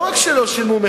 לא רק שלא שילמו,